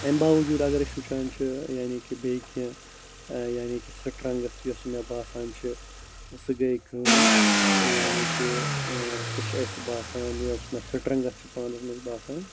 امہِ باوجوٗد اَگر أسۍ وٕچھان چھِ یعنی کہِ بیٚیہِ کیٚنٛہہ یعنی کہِ سٕٹرَنٛگٕتھ یۄس مےٚ باسان چھِ سُہ گٔے کٲم یعنی کہِ سُہ چھُ اَسہِ باسان یہِ اوس مےٚ سٕٹرَنٛگٕتھ چھِ پانَس منٛز باسان